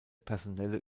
personelle